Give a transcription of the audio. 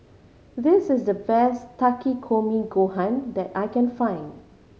this is the best Takikomi Gohan that I can find